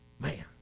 Man